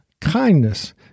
kindness